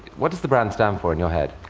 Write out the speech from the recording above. what does the brand stand for in your head?